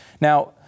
Now